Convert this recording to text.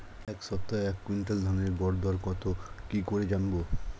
এই সপ্তাহের এক কুইন্টাল ধানের গর দর কত কি করে জানবো?